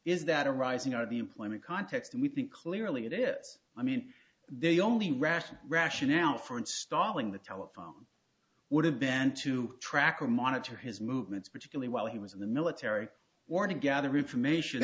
is that arising out of the employment context and we think clearly it is i mean the only rational rationale for installing the telephone would have been to track or monitor his movements particularly while he was in the military warning gather information